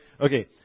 Okay